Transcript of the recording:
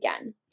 again